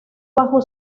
bajo